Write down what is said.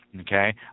Okay